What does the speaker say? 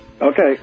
Okay